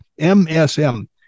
MSM